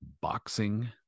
Boxing